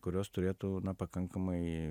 kurios turėtų pakankamai